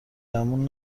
گمون